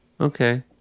Okay